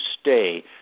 stay